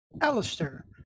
Alistair